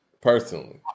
Personally